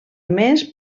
més